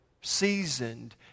seasoned